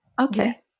okay